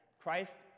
Christ